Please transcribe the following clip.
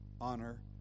honor